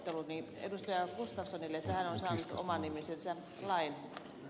gustafssonille että hän on saanut oman nimisensä lain